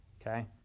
Okay